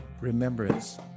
remembrance